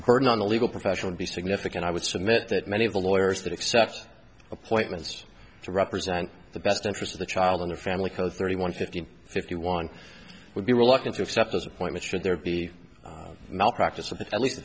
burden on the legal profession would be significant i would submit that many of the lawyers that accept appointments to represent the best interest of the child in the family code thirty one fifty fifty one would be reluctant to accept his appointment should there be malpractise of at least